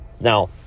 Now